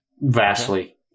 vastly